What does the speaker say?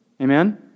Amen